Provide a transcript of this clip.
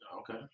Okay